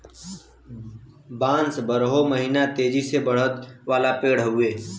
बांस बारहो महिना तेजी से बढ़े वाला पेड़ हउवे